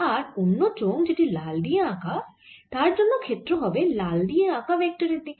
আর অন্য চোঙ যেটি লাল দিয়ে আঁকা তার জন্য ক্ষেত্র হবে লাল দিয়ে আঁকা ভেক্টরের দিকে